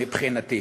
מבחינתי.